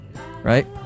Right